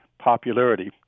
popularity